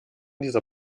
dieser